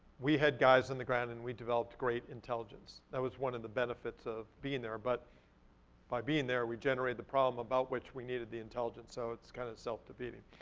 we had guys on the ground and we developed great intelligence. that was one of the benefits of being there. but by being there we generated the problem about which we needed the intelligence, so it's kind of self-defeating.